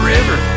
River